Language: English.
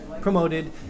promoted